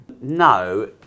No